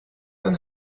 than